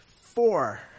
four